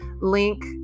Link